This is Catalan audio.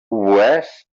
oboès